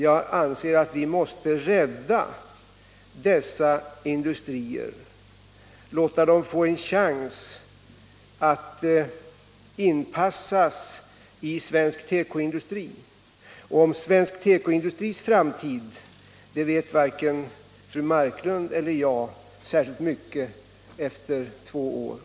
Jag anser att vi måste rädda dessa industrier, låta dem få en chans att inpassas i svensk tekoindustri, och om vad som händer efter två år inom svensk tekoindustri vet varken fru Marklund eller jag särskilt mycket.